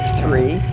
three